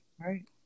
Right